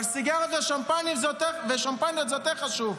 סיגריות ושמפניות זה יותר חשוב.